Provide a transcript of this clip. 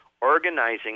organizing